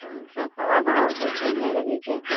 तहन से हँ हँ बहुत बढ़िआँ लगैत छै